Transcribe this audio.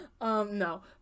no